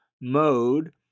mode